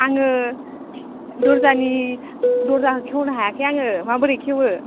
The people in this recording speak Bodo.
आङो दरजानि दरजाखौ खेवनो हायाखै आङो माबोरै खेवो